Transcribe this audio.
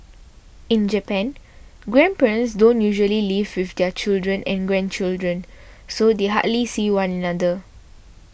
in Japan grandparents don't usually live with their children and grandchildren so they hardly see one another